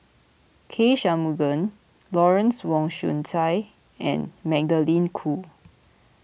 K Shanmugam Lawrence Wong Shyun Tsai and Magdalene Khoo